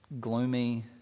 gloomy